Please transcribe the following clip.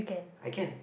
I can